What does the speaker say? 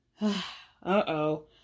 Uh-oh